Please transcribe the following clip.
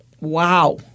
Wow